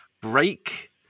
break